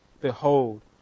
Behold